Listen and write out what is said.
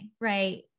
right